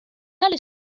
tale